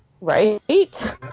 Right